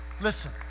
Listen